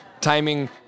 timing